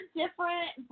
different